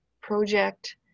project